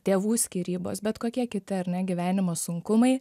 tėvų skyrybos bet kokie kiti ar ne gyvenimo sunkumai